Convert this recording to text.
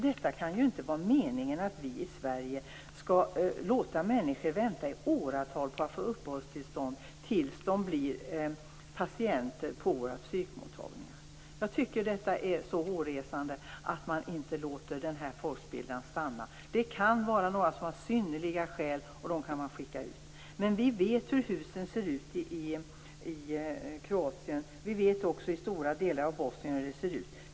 Det kan inte vara meningen att vi i Sverige skall låta människor vänta i åratal på att få uppehållstillstånd, ända tills de blir patienter på psykmottagningarna. Jag tycker att det är hårresande att man inte låter den här folkspillran stanna. För några kan synnerliga skäl gälla, och dem kan man skicka ut. Vi vet dock hur husen ser ut i Kroatien och i stora delar av Bosnien.